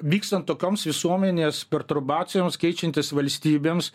vykstant tokioms visuomenės perturbacijoms keičiantis valstybėms